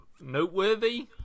noteworthy